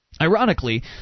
Ironically